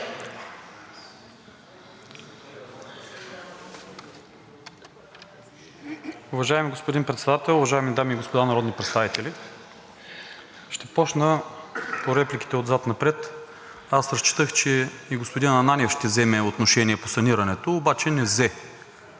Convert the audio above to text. Уважаеми господин Председател, уважаеми дами и господа народни представители! Ще започна по репликите отзад напред. Аз разчитах, че и господин Ананиев ще вземе отношение по санирането, обаче не взе.